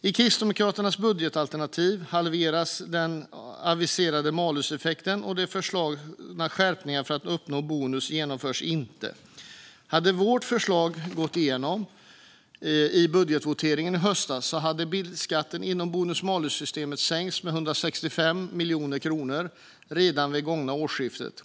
I Kristdemokraternas budgetalternativ halveras den aviserade maluseffekten, och de föreslagna skärpningarna för att uppnå bonus genomförs inte. Hade vårt förslag gått igenom i budgetvoteringen i höstas hade bilskatten inom bonus-malus-systemet sänkts med 165 miljoner kronor redan vid det gångna årsskiftet.